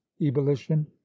ebullition